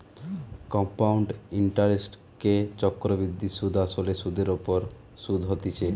compound ইন্টারেস্টকে চক্রবৃদ্ধি সুধ আসলে সুধের ওপর শুধ হতিছে